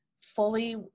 fully